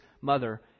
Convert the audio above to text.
mother